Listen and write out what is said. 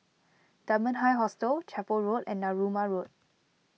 Dunman High Hostel Chapel Road and Narooma Road